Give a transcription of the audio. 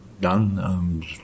done